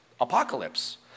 Apocalypse